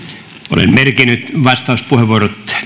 olen merkinnyt vastauspuheenvuorot